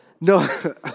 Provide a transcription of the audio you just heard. No